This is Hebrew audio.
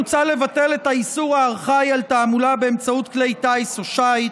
מוצע לבטל את האיסור הארכאי של תעמולה באמצעות כלי טיס או שיט,